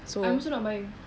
I'm also not buying